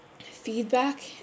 feedback